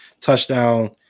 touchdown